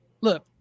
look